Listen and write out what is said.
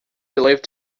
believed